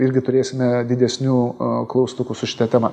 irgi turėsime didesnių klaustukų su šita tema